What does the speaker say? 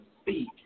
speak